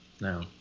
no